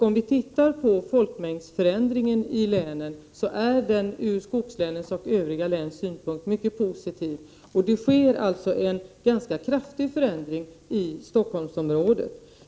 Om vi tittar på folkmängdsförändringen i länen, finner vi att den ur skogslänens och övriga läns synpunkt är mycket positiv och att det sker en ganska kraftig förändring i Stockholmsområdet.